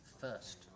first